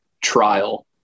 trial